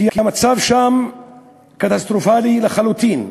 כי המצב שם קטסטרופלי לחלוטין,